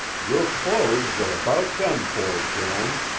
your clothes are about done for, joan,